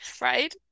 Right